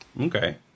Okay